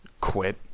quit